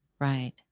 Right